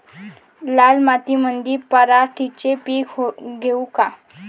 लाल मातीमंदी पराटीचे पीक घेऊ का?